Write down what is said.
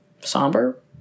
somber